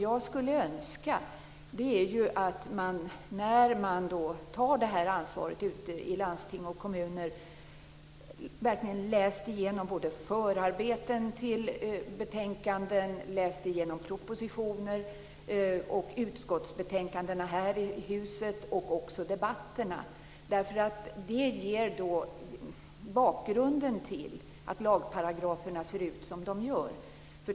Jag skulle önska att man när man tar ansvar i landsting och kommuner verkligen läste igenom både förarbeten till betänkanden, propositioner, utskottsbetänkandena här i huset och även debatterna. Det ger bakgrunden till att lagparagraferna ser ut som de gör.